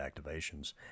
activations